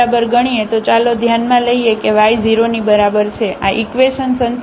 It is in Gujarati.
તો ચાલો ધ્યાનમાં લઈએ કે y 0 ની બરાબર છે આ ઇકવેશન સંતુષ્ટ છે